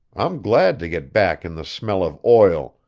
i'm glad to get back in the smell of oil,